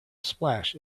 splash